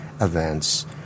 events